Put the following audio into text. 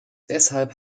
deshalb